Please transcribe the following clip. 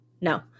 No